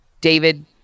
David